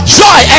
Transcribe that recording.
joy